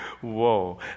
Whoa